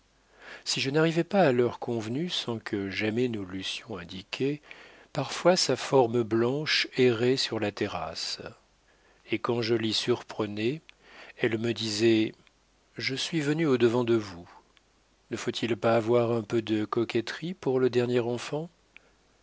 si je n'arrivais pas à l'heure convenue sans que jamais nous l'eussions indiquée parfois sa forme blanche errait sur la terrasse et quand je l'y surprenais elle me disait je suis venue au devant de vous ne faut-il pas avoir un peu de coquetterie pour le dernier enfant